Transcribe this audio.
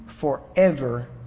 forever